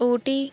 Ooty